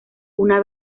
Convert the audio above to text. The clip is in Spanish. una